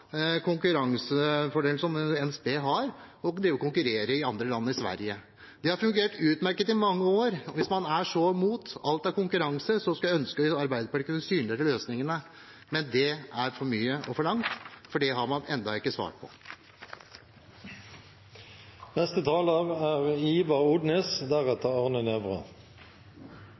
konkurransefordelen som NSB har – det å konkurrere i andre land, som Sverige. Det har fungert utmerket i mange år. Hvis man er så imot alt av konkurranse, skulle jeg ønske at Arbeiderpartiet kunne synliggjøre løsningene. Men det er for mye forlangt, for det har man enda ikke svart på.